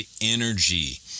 energy